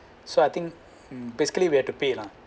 so I think basically we're to pay lah